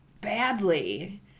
badly